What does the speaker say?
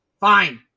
Fine